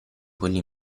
quegli